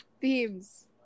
Themes